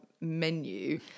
menu